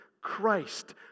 Christ